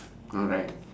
alright